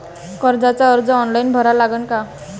कर्जाचा अर्ज ऑनलाईन भरा लागन का?